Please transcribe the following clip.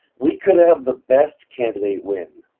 we could have the best candidate win,